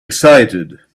excited